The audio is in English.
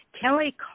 Kelly